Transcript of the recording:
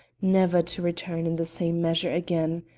never to return in the same measure again.